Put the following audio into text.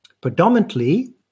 predominantly